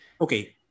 Okay